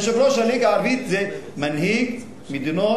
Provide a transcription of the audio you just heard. יושב-ראש הליגה הערבית זה מנהיג מדינות,